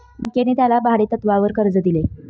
बँकेने त्याला भाडेतत्वावर कर्ज दिले